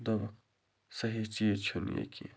دوٚپُکھ صحیح چیٖز چھُنہٕ یہِ کیٚنٛہہ